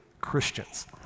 Christians